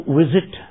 visit